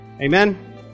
Amen